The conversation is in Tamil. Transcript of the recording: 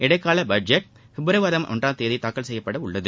இடைக்கால பட்ஜெட் பிப்ரவரி மாதம் ஒன்றாம் தேதி தாக்கல் செய்யப்பட உள்ளது